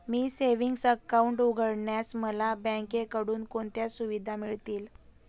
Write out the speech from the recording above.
मी savings account उघडल्यास मला बँकेकडून कोणत्या सुविधा मिळतील?